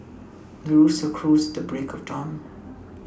rooster crows the break of dawn